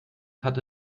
hatte